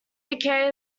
decay